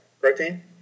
protein